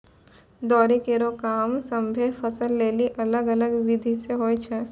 दौरी केरो काम सभ्भे फसल लेलि अलग अलग बिधि सें होय छै?